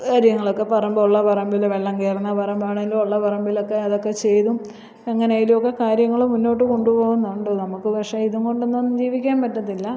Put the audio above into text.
കാര്യങ്ങളൊക്കെ പറമ്പുള്ള പറമ്പിൽ വെള്ളം കേറുന്ന പറമ്പാണേലുമുള്ള പറമ്പിലൊക്കെ അതൊക്കെ ചെയ്തും എങ്ങനെയെങ്കിലുമൊക്കെ കാര്യങ്ങൾ മുന്നോട്ട് കൊണ്ട് പോവുന്നുണ്ട് നമുക്ക് പക്ഷേ ഇതും കൊണ്ടൊന്നും ജീവിക്കാൻ പറ്റത്തില്ല